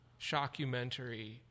shockumentary